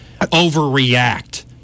overreact